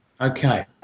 Okay